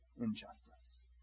injustice